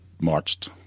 marched